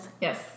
Yes